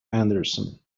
anderson